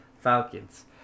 Falcons